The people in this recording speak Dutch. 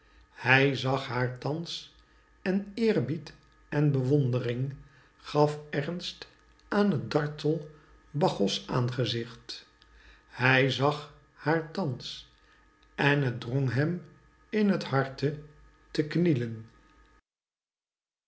hij zag haar thands en eerbied en bewondring gaf ernst aan t dartel bacchos aangezicht hij zag haar thands en t drong hem in het harte te knielen